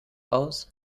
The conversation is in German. aus